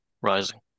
rising